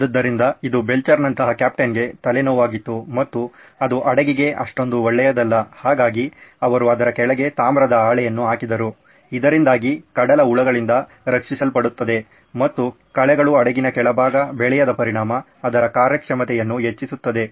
ಆದ್ದರಿಂದ ಇದು ಬೆಲ್ಚರ್ನಂತಹ ಕ್ಯಾಪ್ಟನ್ಗೆ ತಲೆ ನೋವಾಗಿತ್ತು ಮತ್ತು ಅದು ಹಡಗಿಗೆ ಅಷ್ಟೊಂದು ಒಳ್ಳೆಯದಲ್ಲ ಹಾಗಾಗಿ ಅವರು ಅದರ ಕೆಳಗೆ ತಾಮ್ರದ ಹಾಳೆಯನ್ನು ಹಾಕಿದರು ಇದರಿಂದಾಗಿ ಕಡಲ ಹುಳುಗಳಿಂದ ರಕ್ಷಿಸಲ್ಪಡುತ್ತದೆ ಮತ್ತು ಕಳೆಗಳು ಹಡಗಿನ ಕೆಳಗಡೆ ಬೆಳೆಯದ ಪರಿಣಾಮ ಅದರ ಕಾರ್ಯಕ್ಷಮತೆಯನ್ನು ಹೆಚ್ಚಿಸುತ್ತದೆ